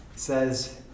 says